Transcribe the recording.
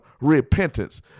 repentance